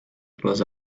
close